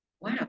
Wow